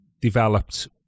developed